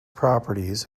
properties